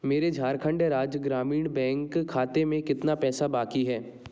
मेरे झारखण्ड राज्य ग्रामीण बैंक खाते में कितना पैसा बाकी है